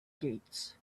gates